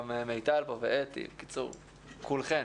גם מיטל פה ואתי, בקיצור, כולכן.